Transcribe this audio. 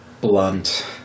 blunt